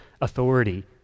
authority